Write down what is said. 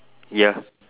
ya